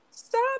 Stop